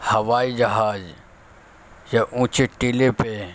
ہوائی جہاز یا اونچے ٹیلے پہ